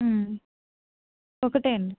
ఒకటే అండి